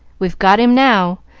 we've got him now,